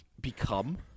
Become